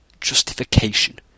justification